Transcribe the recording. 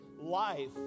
life